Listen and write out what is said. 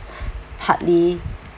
partly